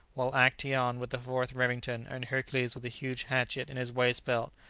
while actaeon with the fourth remington, and hercules with a huge hatchet in his waist-belt,